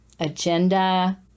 agenda